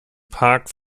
park